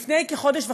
לפני כחודש וחצי,